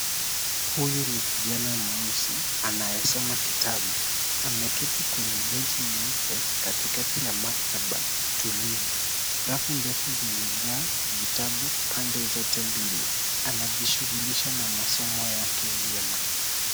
Huyu ni kijana mweusi anayesoma kitabu ameketi kwenye bench nyeupe katikati ya maktaba tulivu. Rafu ndefu zimejaa vitabu pande zote mbili. Anajishughulisha na masomo yake vyema.